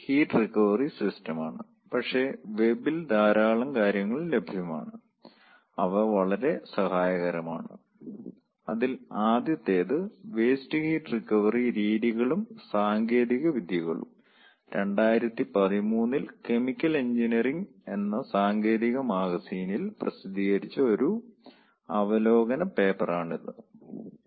heat recovery system ആണ് പക്ഷേ വെബിൽ ധാരാളം കാര്യങ്ങളും ലഭ്യമാണ് അവ വളരെ സഹായകരമാണ് അതിൽ ആദ്യത്തേത് വേസ്റ്റ് ഹീറ്റ് റിക്കവറി രീതികളും സാങ്കേതികവിദ്യകളും 2013 ൽ കെമിക്കൽ എഞ്ചിനീയറിംഗ് എന്ന സാങ്കേതിക മാഗസിനിൽ പ്രസിദ്ധീകരിച്ച ഒരു അവലോകന പേപ്പറാണ് ഇത്